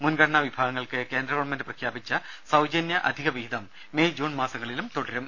മുൻഗണനാ വിഭാഗങ്ങൾക്ക് കേന്ദ്ര ഗവൺമെന്റ് പ്രഖ്യാപിച്ച സൌജന്യ അധിക വിഹിതം മെയ് ജൂൺ മാസങ്ങളിലും തുടരും